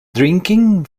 drinking